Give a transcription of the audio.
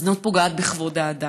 הזנות פוגעת בכבוד האדם.